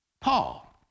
Paul